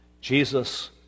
Jesus